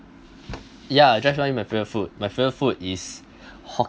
ya definitely my favorite food my favorite food is